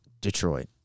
Detroit